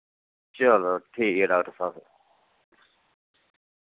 चलो ठीक ऐ डाक्टर स्हाब